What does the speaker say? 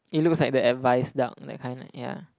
it looks like the advice duck that kind right ya